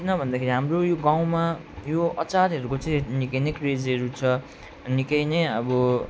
किन भन्दाखेरि हाम्रो यो गाउँमा यो अचारहरूको निकै नै क्रेजीहरू छ निकै नै अब